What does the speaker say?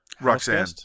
roxanne